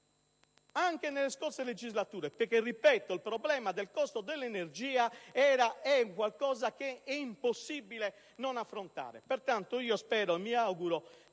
anche nelle scorse legislature perché - ripeto - il problema del costo dell'energia era ed è un qualcosa che è impossibile non affrontare. Pertanto, mi auguro